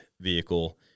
vehicle